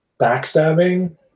backstabbing